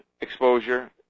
exposure